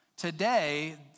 Today